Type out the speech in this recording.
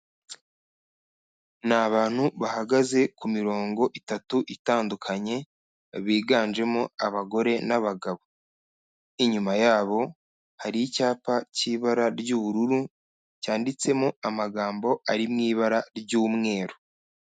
Ni abantu bahagaze ku mirongo itatu itandukanye biganjemo abagore n'abagabo, inyuma yabo hari icyapa cy'ibara ry'ubururu cyanditsemo amagambo ari mu ibara ry'umweru.